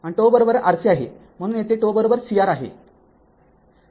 आणि τRC आहे म्हणून येथे τ CR आहे